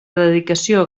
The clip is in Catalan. dedicació